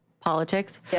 politics